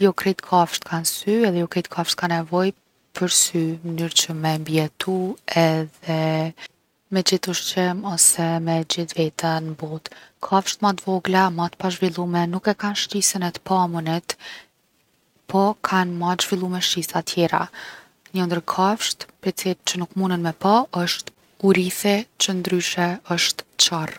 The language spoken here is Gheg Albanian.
Jo krejt kafsht kan sy edhe jo krejt kafsht kan nevoj’ për sy n’mnyr’ që me mbijetu ose me gjet ushqim ose me e gjet veten n’botë. Kafsht ma t’vogla, ma t’pa zhvillume, nuk e kan shqisen e t’pamunit po kan ma t’zhvillume shqisa tjera. Njo ndër kafsht prej ci- që nuk munen me pa osht urithi që ndryshe osht qorr.